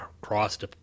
crossed